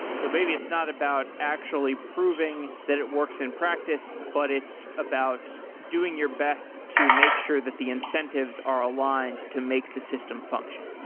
so maybe it's not about actually proving that it works in practice, but it's about doing your best to make sure that the incentives are aligned to make the system function.